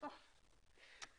מצעי קשר דיגיטלי אחר שאופי השימוש בו